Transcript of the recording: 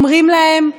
אומרים להם: